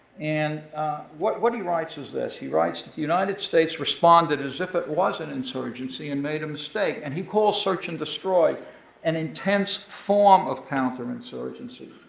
and what what he writes is this. he writes, the united states responded as if it was an insurgency and made a mistake. and he calls search and destroy an intense form of counterinsurgency.